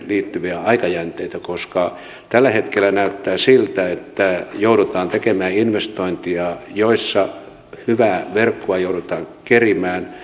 liittyviä aikajänteitä koska tällä hetkellä näyttää siltä että joudutaan tekemään investointeja joissa hyvää verkkoa joudutaan kerimään